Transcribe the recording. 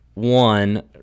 One